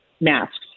masks